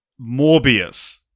Morbius